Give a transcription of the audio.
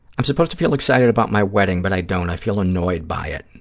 i'm supposed to feel excited about my wedding, but i don't. i feel annoyed by it.